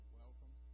welcome